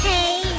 Hey